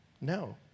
No